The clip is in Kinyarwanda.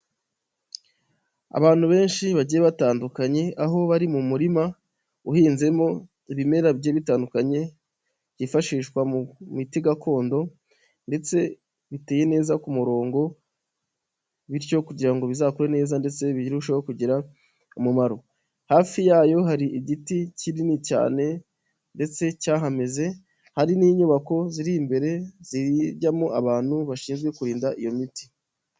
Abantu benshi bagiye batandukanye aho bari mu murima uhinzemo ibimera bigiye bitandukanye byifashishwa mu miti gakondo, ndetse biteye neza ku murongo, bityo kugira ngo bizakure neza ndetse birusheho kugira umumaro. Hafi yayo hari igiti kinini cyane ndetse cyahameze, hari n'inyubako ziri imbere zijyamo abantu bashinzwe kurinda iyo miti.